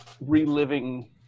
reliving